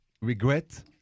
regret